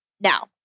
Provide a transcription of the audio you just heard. now